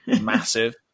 massive